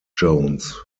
jones